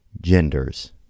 genders